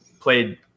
played